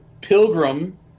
pilgrim